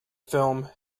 film